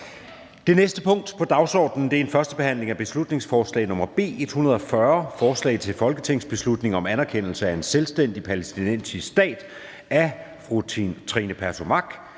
Det næste punkt på dagsordenen er: 12) 1. behandling af beslutningsforslag nr. B 140: Forslag til folketingsbeslutning om anerkendelse af en selvstændig palæstinensisk stat. Af Trine Pertou Mach